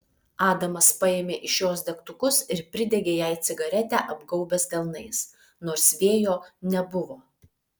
adamas paėmė iš jos degtukus ir pridegė jai cigaretę apgaubęs delnais nors vėjo nebuvo